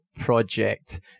Project